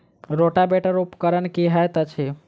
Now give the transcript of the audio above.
Rotavator उपकरण की हएत अछि?